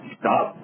stop